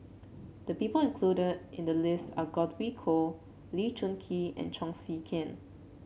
the people included in the list are Godwin Koay Lee Choon Kee and Chong Tze Chien